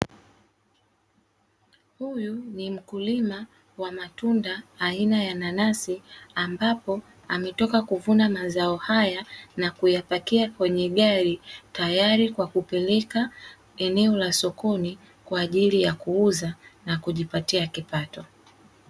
Huyu ni mkulima wa matunda aina ya nanasi, ambapo ametoka kuvuna mazao haya na kuyapakia kwenye gari, tayari kwa kupeleka eneo la sokoni kwa ajili ya kuuza na kujipatia kipato.